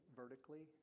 vertically